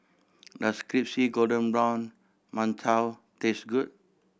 does crispy golden brown mantou taste good